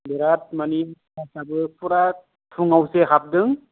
बिराथ माने क्लासाबो फुरा फुंआव जे हाबदों